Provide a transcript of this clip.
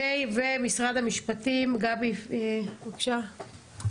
ומשרד המשפטים, גבי בבקשה.